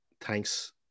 thanks